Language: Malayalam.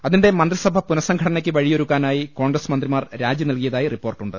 അതിനിടെ മന്ത്രിസഭ പുനസംഘടനയ്ക്ക് വഴിയൊരുക്കാ നായി കോൺഗ്രസ് മന്ത്രിമാർ രാജി നൽകിയതായി റിപ്പോർട്ടു ണ്ട്